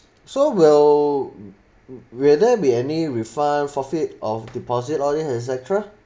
so will will there be any refund forfeit of deposit all these et cetera